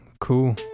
cool